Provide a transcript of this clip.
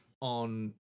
on